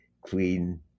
queen